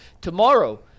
tomorrow